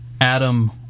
Adam